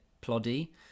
ploddy